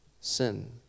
sin